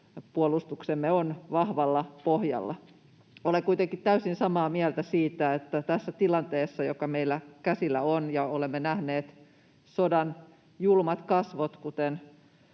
Puolustuksemme on vahvalla pohjalla. Olen kuitenkin täysin samaa mieltä siitä, että tässä tilanteessa, joka meillä käsillä on — olemme nähneet sodan julmat kasvot,